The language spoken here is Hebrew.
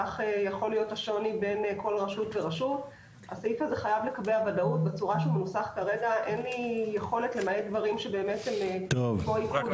בכל זאת התלונה הכי ידועה והכי פופולארית היא על כך שאנשים לא מקבלים